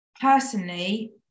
Personally